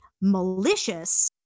malicious